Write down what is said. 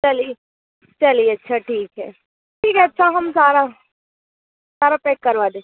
चलिए चलिए अच्छा ठीक है ठीक है अच्छा हम सारा सारा पैक करवा दें